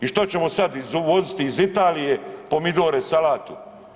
I što ćemo sad, uvoziti iz Italije pomidore i salatu?